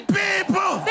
people